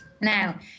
Now